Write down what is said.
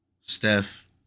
Steph